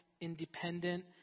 independent